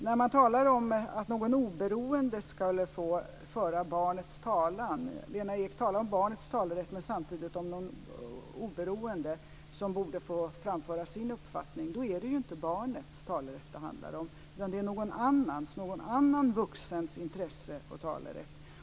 När man talar om att någon oberoende ska få föra barnets talan - Lena Ek talar om barnets talerätt men samtidigt om någon oberoende som borde få framföra sin uppfattning - är det inte barnets talerätt det handlar om utan någon annans, någon annan vuxens, intresse och talerätt.